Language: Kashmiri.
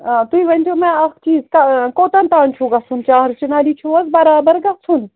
آ تُہۍ ؤنۍتو مےٚ اَکھ چیٖز کوٚتَن تام چھُو گژھُن چار چِناری چھُو حظ برابر گژھُن